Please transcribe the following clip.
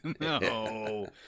No